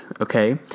okay